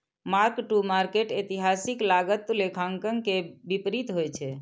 mark to market एतिहासिक लागत लेखांकन के विपरीत होइ छै